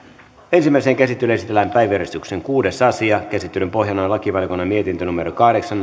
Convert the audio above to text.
ensimmäiseen käsittelyyn esitellään päiväjärjestyksen kuudes asia käsittelyn pohjana on lakivaliokunnan mietintö kahdeksan